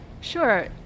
Sure